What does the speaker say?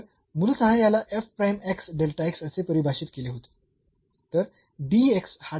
तर मूलतः याला असे पारिभाषित केले होते